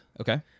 okay